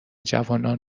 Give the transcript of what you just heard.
جوانان